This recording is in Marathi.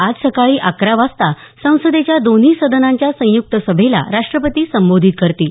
आज सकाळी अकरा वाजता संसदेच्या दोन्ही सदनांच्या संयुक्त सभेला राष्ट्रपती संबोधित करतील